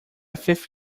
fifth